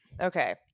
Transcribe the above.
Okay